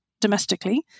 domestically